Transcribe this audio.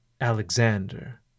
Alexander